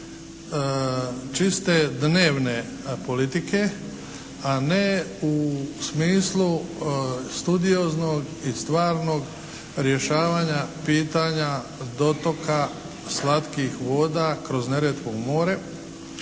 čiste dnevne politike, a ne u smislu studioznog i stvarnog rješavanja pitanja dotoka slatkih voda kroz Neretvu u more